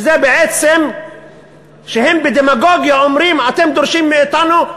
בעצם הם בדמגוגיה אומרים: אתם דורשים מאתנו,